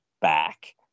back